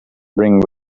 bring